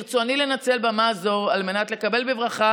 ברצוני לנצל במה זו על מנת לקבל בברכה